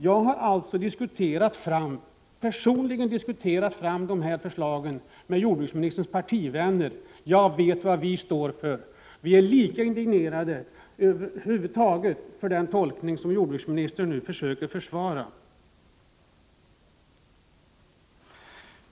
Jag har alltså personligen diskuterat fram de här förslagen med jordbruksministerns partivänner. Jag vet vad vi står för. Vi är lika indignerade över den tolkning som jordbruksministern nu försöker försvara.